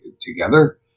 together